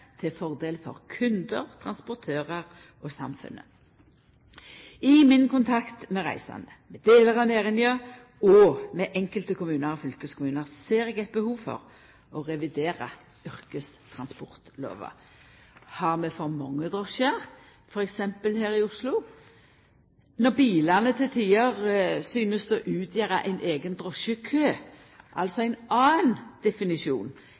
til fordel for kundar, transportørar og samfunnet. I min kontakt med reisande, delar av næringa og einskilde kommunar og fylkeskommunar ser eg eit behov for å revidera yrkestransportlova. Har vi for mange drosjar, m.a. her i Oslo? Når bilane til tider synest å utgjera ein eigen drosjekø, altså ein annan definisjon